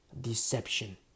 Deception